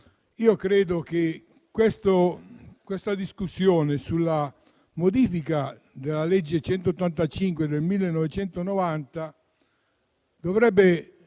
credo che la discussione sulla modifica della legge n. 185 del 1990 dovrebbe